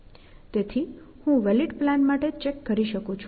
તેથી હું valid plan માટે ચેક કરી શકું છું